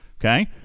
okay